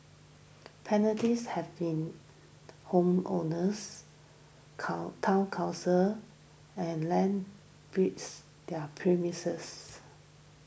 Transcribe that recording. penalties have been homeowners come Town Councils and land breeds their premises